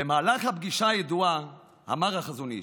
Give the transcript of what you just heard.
במהלך הפגישה הידועה אמר החזון איש: